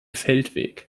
feldweg